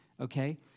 okay